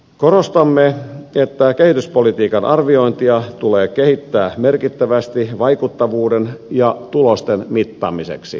korostamme että kehityspolitiikan arviointia tulee kehittää merkittävästi vaikuttavuuden ja tulosten mittaamiseksi